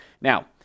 Now